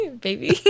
Baby